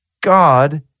God